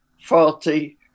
faulty